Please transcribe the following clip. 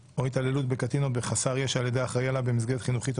ל' בסיון,